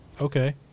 Okay